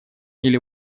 или